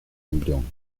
embrión